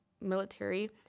military